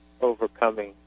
overcoming